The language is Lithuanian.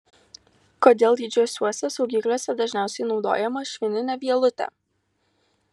kodėl lydžiuosiuose saugikliuose dažniausiai naudojama švininė vielutė